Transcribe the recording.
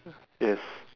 yes